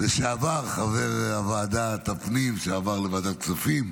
לשעבר חבר בוועדת הפנים, שעבר לוועדת הכספים,